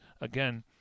again